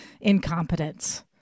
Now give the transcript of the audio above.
incompetence